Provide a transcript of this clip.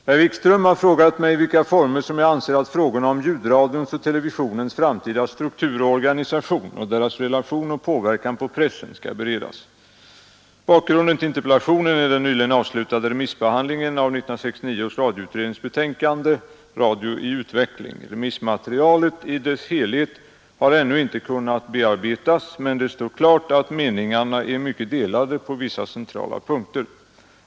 Herr talman! Herr Wikström har frågat mig i vilka former som jag anser att frågorna om ljudradions och televisionens framtida struktur och organisation och deras relation och påverkan på pressen skall beredas. Bakgrunden till interpellationen är den nyligen avslutade remissbehandlingen av 1969 års radioutrednings betänkande Radio i utveckling. Remissmaterialet i dess helhet har ännu inte kunnat bearbetas, men det står klart att meningarna är mycket delade på vissa centrala punkter.